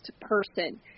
person